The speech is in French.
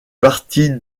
partie